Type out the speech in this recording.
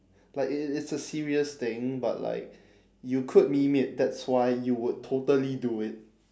like it it it's a serious thing but like you could meme it that's why you would totally do it